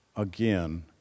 Again